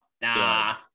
Nah